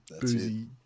boozy